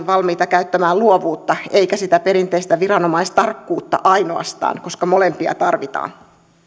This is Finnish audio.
valmiita käyttämään luovuutta eikä ainoastaan sitä perinteistä viranomaistarkkuutta koska molempia tarvitaan